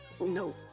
No